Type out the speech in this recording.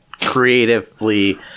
creatively